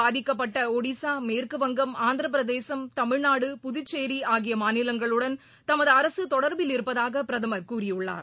பாதிக்கப்பட்டஒடிசா மேற்குவங்கம் புயலால் ஆந்திரபிரதேசம் தமிழ்நாடு புதுச்சேரிஆகியமாநிலங்களுடன் தமதுஅரசுதொடர்பில் இருப்பதாகபிரதமர் கூறியுள்ளார்